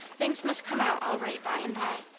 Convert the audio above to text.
things must come out all right by and by.